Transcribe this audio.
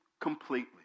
completely